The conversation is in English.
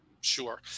Sure